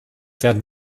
werden